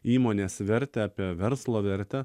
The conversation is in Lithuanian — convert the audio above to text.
įmonės vertę apie verslo vertę